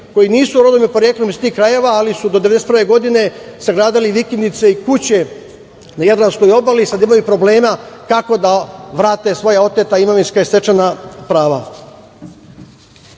koji nisu rodom i poreklom iz tih krajeva, ali su do 1991. godine sagradili vikendice i kuće na jadranskoj obali i sada imaju problema kako da vrate svoja oteta imovinska i stečena prava. Još